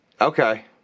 Okay